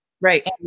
Right